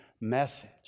message